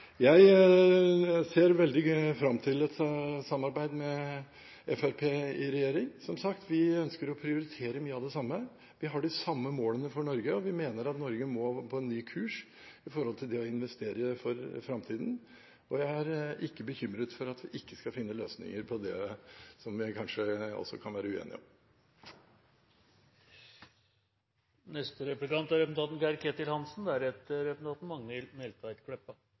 Jeg ser veldig fram til et samarbeid med Fremskrittspartiet i regjering. Som sagt, vi ønsker å prioritere mye av det samme, vi har de samme målene for Norge, og vi mener at Norge må inn på en ny kurs med tanke på å investere for framtiden. Jeg er ikke bekymret for at vi ikke skal finne løsninger på det som vi kanskje også kan være uenige om. Representanten